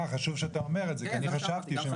חשוב שאתה אומר את זה כי אני חשבתי שהם